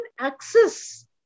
access